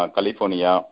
California